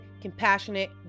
compassionate